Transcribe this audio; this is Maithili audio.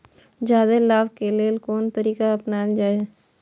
जादे लाभ के लेल कोन तरीका अपनायल जाय?